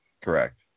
Correct